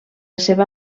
seva